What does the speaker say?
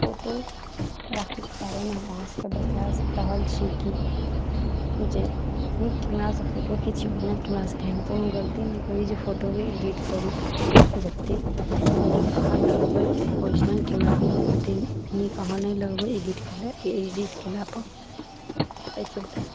फोटोग्राफीके बारेमे हम अहाँ सभकेँ बतै रहल छी कि जे नीक कोना कै फोटो खिचिऔ एहन कोनो गलती नहि करी जे फोटोकेँ एडिट करी जतेक नीक अहाँ लगबै ओरिजिनल कैमरामे ओतेक नीक अहाँ नहि लगबै एडिट भेलै कि एडिट कएलापर एहि चलिते